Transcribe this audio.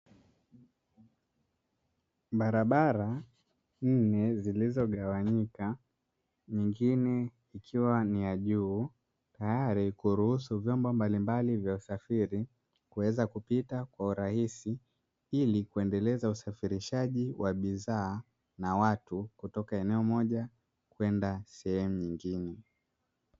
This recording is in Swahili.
Barabara nne zilizogawanyika, nyingine ikiwa ni ya juu, tayari kuruhusu vyombo mbalimbali vya usafiri kuweza kupita kwa urahisi, ili kuendeleza usafirishaji wa bidhaa na watu, kutoka eneo moja kwenda sehemu nyingine.